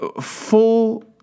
full